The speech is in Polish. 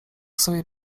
sobie